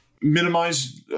minimize